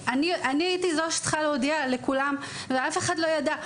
אני הייתי זו שצריכה להודיע לכולם ואף אחד לא ידע.